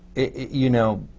you know,